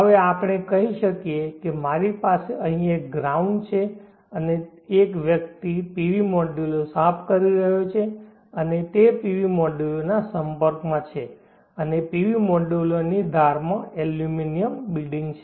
હવે આપણે કહી શકીએ કે મારી પાસે અહીં એક ગ્રાઉન્ડ છે અને એક વ્યક્તિ PV મોડ્યુલો સાફ કરી રહ્યો છે અને તે PV મોડ્યુલોના સંપર્કમાં છે અને PV મોડ્યુલોની ધારમાં એલ્યુમિનિયમ બિડિંગ છે